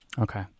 okay